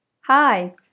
Hi